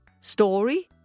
story